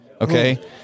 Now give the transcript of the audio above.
okay